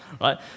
right